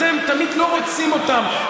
אתם תמיד לא רוצים אותם.